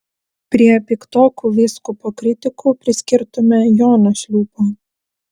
prie piktokų vyskupo kritikų priskirtume joną šliūpą